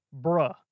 bruh